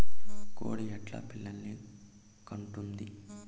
కోడి ఎట్లా పిల్లలు కంటుంది?